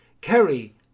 Kerry